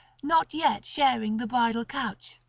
not yet sharing the bridal couch,